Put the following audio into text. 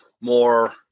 more